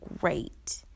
great